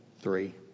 three